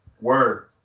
Word